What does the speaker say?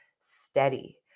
steady